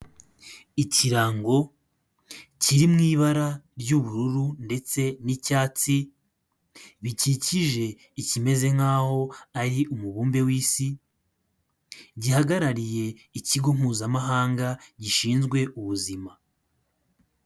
Ikirango kiri mu ibara ry'ubururu ndetse n'icyatsi bikikije ikimeze nk'aho aho ari umubumbe w'isi, gihagarariye ikigo mpuzamahanga gishinzwe ubuzima.